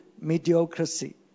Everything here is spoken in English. mediocrity